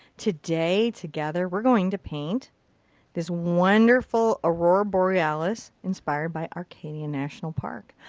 today, together, we're going to paint this wonderful aurora borealis, inspired by acadia national park.